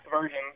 version